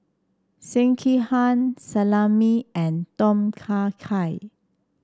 Sekihan Salami and Tom Kha Gai